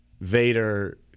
Vader –